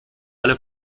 alle